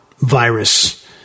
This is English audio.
virus